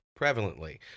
prevalently